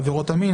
עבירות מין,